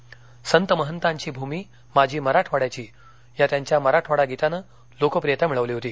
संत महंताची भूमी माझी मराठवाड्याची या त्यांच्या मराठवाडा गीतानं लोकप्रियता मिळवली होती